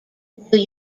new